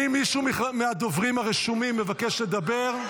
האם מישהו מהדוברים הרשומים מבקש לדבר?